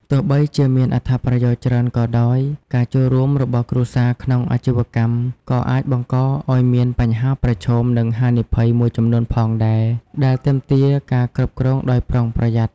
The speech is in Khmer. ទោះបីជាមានអត្ថប្រយោជន៍ច្រើនក៏ដោយ ការចូលរួមរបស់គ្រួសារក្នុងអាជីវកម្មក៏អាចបង្កឲ្យមានបញ្ហាប្រឈម និងហានិភ័យមួយចំនួនផងដែរ ដែលទាមទារការគ្រប់គ្រងដោយប្រុងប្រយ័ត្ន។